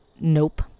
Nope